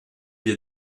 wir